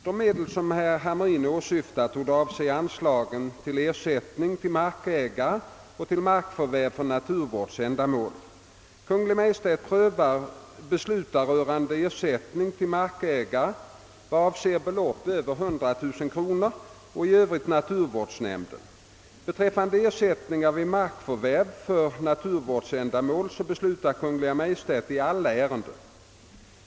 De medel, som herr Hamrin åsyftar, torde avse anslagen till ersättningar till markägare och till markförvärv för naturvårdsändamål. Kungl. Maj:t beslutar rörande ersättningar till markägare vad avser belopp över 100 000 kronor och i övrigt naturvårdsnämnden. Beträffande ersättningar vid markförvärv för naturvårdsändamål beslutar Kungl. Maj:t i alla ärenden.